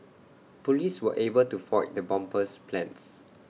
Police were able to foil the bomber's plans